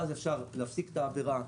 ואז אפשר להפסיק את העבירה,